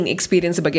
Experience